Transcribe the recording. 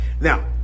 Now